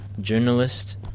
journalist